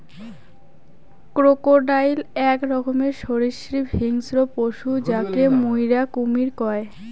crocodile আক রকমের সরীসৃপ হিংস্র পশু যাকে মুইরা কুমীর কহু